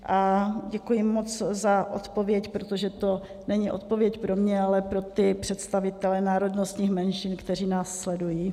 A děkuji moc za odpověď, protože to není odpověď pro mě, ale pro představitele národnostních menšin, kteří nás sledují.